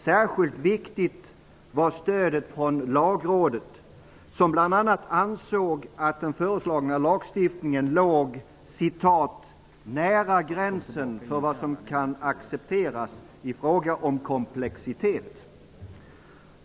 Särskilt viktigt var stödet från Lagrådet, som bl.a. ansåg att den föreslagna lagstiftningen låg ''nära gränsen för vad som kan accepteras i fråga om komplexitet''.